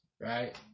right